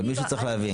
אבל מישהו צריך להבין,